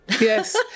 Yes